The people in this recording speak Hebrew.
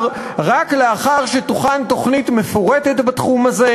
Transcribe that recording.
רק לאחר שתוכן תוכנית מפורטת בתחום הזה,